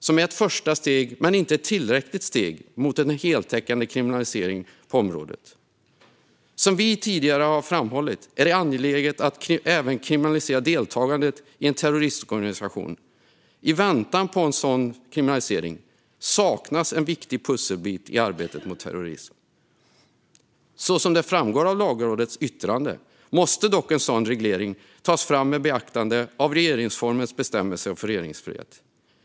Det är ett första steg, men inte ett tillräckligt steg, mot en heltäckande kriminalisering på området. Som vi tidigare har framhållit är det angeläget att även kriminalisera deltagande i en terroristorganisation. I väntan på en sådan kriminalisering saknas en viktig pusselbit i arbetet mot terrorism. Som framgår av Lagrådets yttrande måste dock en sådan reglering tas fram med beaktande av regeringsformens bestämmelser om föreningsfrihet.